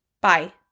Bye